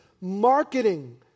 Marketing